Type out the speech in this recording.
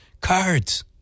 cards